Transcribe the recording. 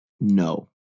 no